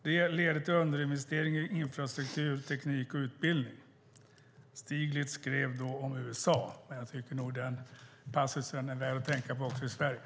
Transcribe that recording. Det leder till underinvesteringar i infrastruktur, teknik och utbildning." Stiglitz skrev detta om USA, men jag tycker nog att denna passus är värd att tänka på också i Sverige.